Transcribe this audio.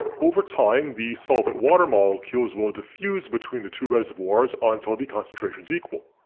over time the solvent water molecules will diffuse between the two reservoirs until the concentrations equal.